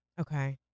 Okay